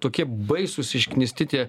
tokie baisūs išknisti tie